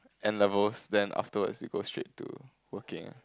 N-levels then afterwards you go straight to working